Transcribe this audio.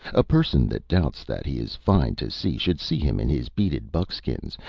a person that doubts that he is fine to see should see him in his beaded buck-skins,